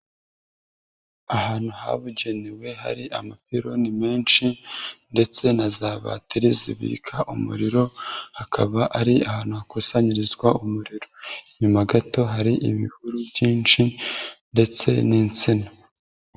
Ahantu habugenewe hari amapironi menshi, ndetse na za bateri zibika umuriro, hakaba ari ahantu hakusanyirizwa umuriro. Inyuma gato hari ibihuru byinshi ndetse n'insina.